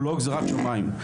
הוא לא גזירת שמיים,